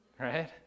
Right